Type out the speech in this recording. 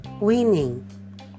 Winning